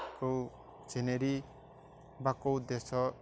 କେଉଁ ସିନେରୀ ବା କେଉଁ ଦେଶ